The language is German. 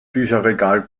bücherregal